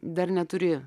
dar neturi